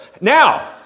Now